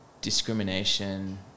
discrimination